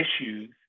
issues